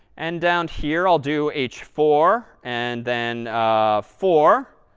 and down here, i'll do h four, and then four.